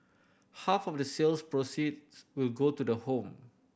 half of the sales proceeds will go to the home